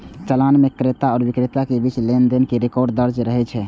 चालान मे क्रेता आ बिक्रेता के बीच लेनदेन के रिकॉर्ड दर्ज रहै छै